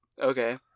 okay